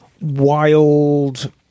wild